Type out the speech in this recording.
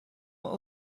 what